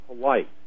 polite